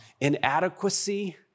inadequacy